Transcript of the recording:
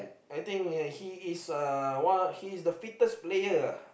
I think uh he is uh he is the fittest player ah